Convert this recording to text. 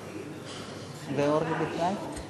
כבר קיבלתי אישור.